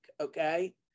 okay